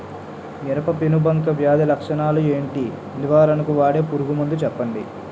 మిరప పెనుబంక వ్యాధి లక్షణాలు ఏంటి? నివారణకు వాడే పురుగు మందు చెప్పండీ?